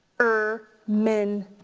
er, min,